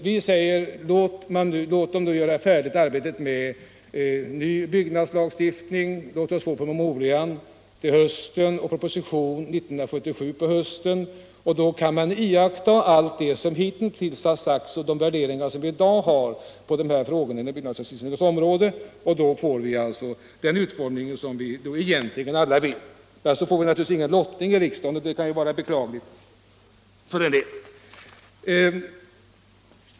Vi säger: Låt arbetet med ny byggnadslagstiftning göras färdigt. Låt oss få promemorian till hösten och proposition hösten 1977. Därefter kan man iaktta allt det som hitintills har sagts och de värderingar som i dag finns på byggnadslagstiftningens område. Då får vi den utformning som vi egentligen alla vill ha. Men vi får naturligtvis ingen lottning i riksdagen, och det kan vara beklagligt för en del.